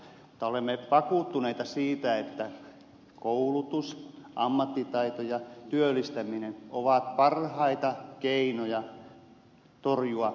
olemme vakuuttuneita siitä että koulutus ammattitaito ja työllistäminen ovat parhaita keinoja torjua syrjäytymistä